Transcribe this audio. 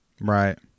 Right